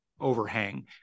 overhang